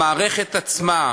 במערכת עצמה,